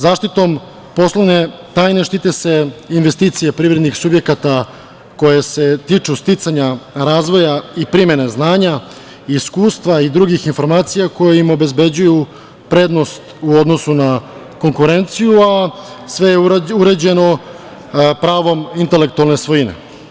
Zaštitom poslovne tajne štite se investicije privrednih subjekata koje se tiču sticanja, razvoja i primene znanja i iskustva i drugih informacija, koje im obezbeđuju prednost u odnosu na konkurenciju, a sve je uređeno pravom intelektualne svojine.